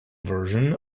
version